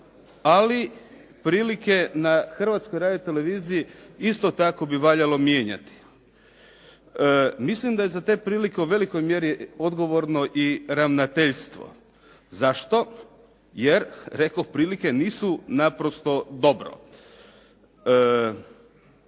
ali prilike na Hrvatskoj radioteleviziji isto tako bi valjalo mijenjati. Mislim da je za te prilike u velikoj mjeri odgovorno i ravnateljstvo. Zašto? Jer, rekoh prilike nisu naprosto dobro.